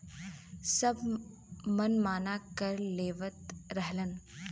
सब मनमाना कर लेवत रहलन